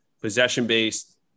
possession-based